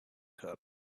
cup